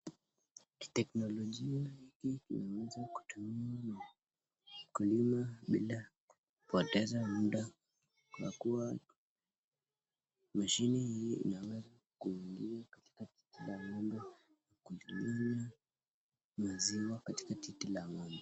technologia hiki kinaweza kutumiwa na wakulima bila kupoteza muda kwa kuwa mashini hii inaweza kuingia katika titi la ng'ombe na kujinyonya maziwa katika titi la ng'ombe.